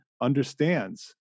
understands